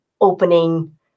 opening